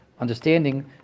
understanding